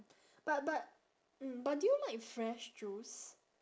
but but mm but do you like fresh juice